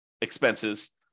expenses